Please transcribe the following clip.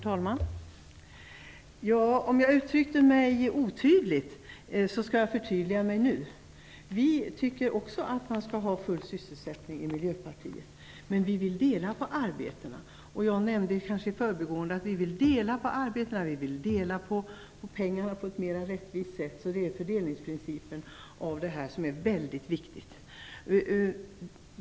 Herr talman! Om jag uttryckte mig otydligt skall jag förtydliga mig nu. Vi i Miljöpartiet tycker också att man skall ha full sysselsättning, men vi vill att man skall dela på arbetena. Jag nämnde i förbigående att vi vill att man skall dela på både arbetena och pengarna på ett mer rättvist sätt. Fördelningsprincipen är i det här sammanhanget väldigt viktig.